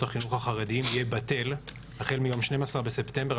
החינוך החרדיים יהיה בטל החל מיום 12 בספטמבר,